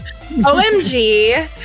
OMG